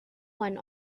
one